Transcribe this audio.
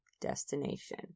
destination